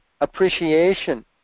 appreciation